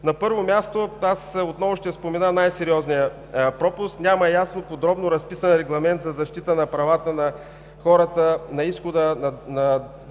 На първо място, аз отново ще спомена най-сериозния пропуск: няма ясен, подробно разписан регламент за защита на правата на хората на изхода на